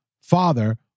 father